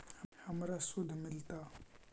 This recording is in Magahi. हमरा शुद्ध मिलता?